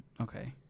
Okay